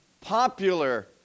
popular